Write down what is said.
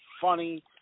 funny